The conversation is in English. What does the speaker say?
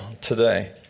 today